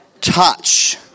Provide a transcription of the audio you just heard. Touch